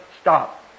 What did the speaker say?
stop